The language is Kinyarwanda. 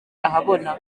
ahabona